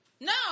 No